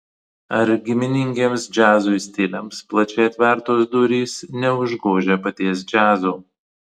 ar giminingiems džiazui stiliams plačiai atvertos durys neužgožia paties džiazo